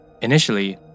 Initially